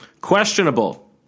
Questionable